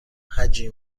هجی